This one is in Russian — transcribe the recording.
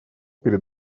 перед